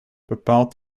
bepaalt